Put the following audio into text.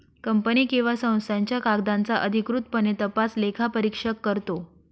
company किंवा संस्थांच्या कागदांचा अधिकृतपणे तपास लेखापरीक्षक करतो